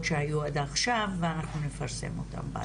שהיו עד עכשיו ואנחנו נפרסם אותם באתר.